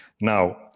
Now